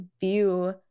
view